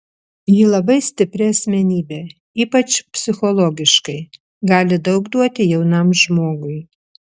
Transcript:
ji labai stipri asmenybė ypač psichologiškai gali daug duoti jaunam žmogui